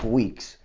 weeks